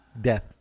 Death